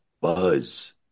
buzz